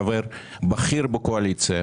חבר בכיר בקואליציה,